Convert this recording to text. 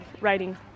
writing